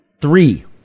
Three